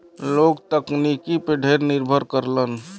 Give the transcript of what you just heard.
लोग तकनीकी पे ढेर निर्भर करलन